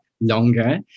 longer